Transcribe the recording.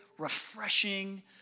refreshing